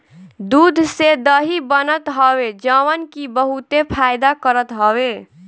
दूध से दही बनत हवे जवन की बहुते फायदा करत हवे